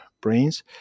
brains